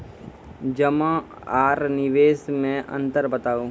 जमा आर निवेश मे अन्तर बताऊ?